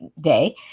day